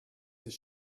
this